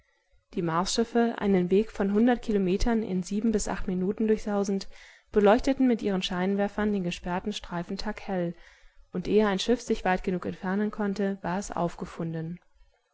die marsschiffe einen weg von hundert kilometern in sieben bis acht minuten durchsausend beleuchteten mit ihren scheinwerfern den gesperrten streifen taghell und ehe ein schiff sich weit genug entfernen konnte war es aufgefunden